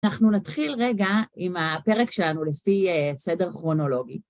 אנחנו נתחיל רגע עם הפרק שלנו לפי סדר כרונולוגי.